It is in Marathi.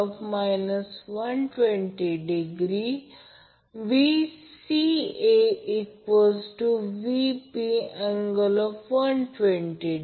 तर लाईन करंट मग्निटूड IL √3फेज करंट मग्निटूड आहे